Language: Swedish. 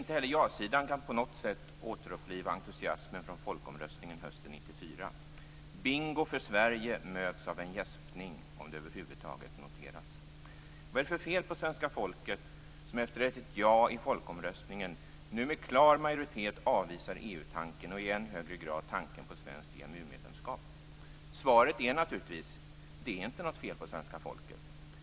Inte heller ja-sidan kan på något sätt återuppliva entusiasmen från folkomröstningen hösten 1994. "Bingo för Sverige" möts av en gäspning, om det över huvud taget noteras. Vad är det för fel på svenska folket, som efter ett ja i folkomröstningen, nu med klar majoritet avvisar EU-tanken och i än högre grad tanken på ett svenskt EMU-medlemskap? Svaret är naturligtvis att det inte är något fel på svenska folket.